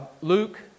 Luke